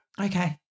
Okay